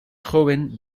joven